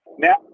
Now